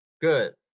Good